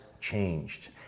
changed